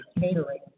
Catering